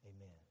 Amen